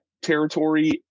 territory